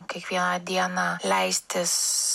kiekvieną dieną leistis